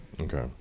Okay